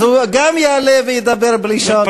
אז הוא גם יעלה וידבר בלי שעון.